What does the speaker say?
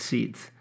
Seeds